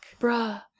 Bruh